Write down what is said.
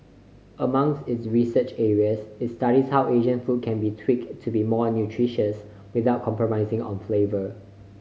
among its research areas it studies how Asian food can be tweaked to be more nutritious without compromising on flavour